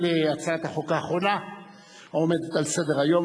להצעת החוק האחרונה העומדת על סדר-היום,